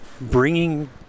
bringing